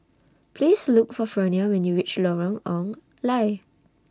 Please Look For Fronia when YOU REACH Lorong Ong Lye